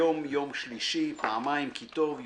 היום יום שלישי פעמיים כי טוב,